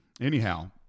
anyhow